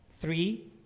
three